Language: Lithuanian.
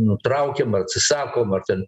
nutraukiam atsisakom ar ten